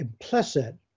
implicit